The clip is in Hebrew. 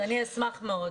אני אשמח מאוד.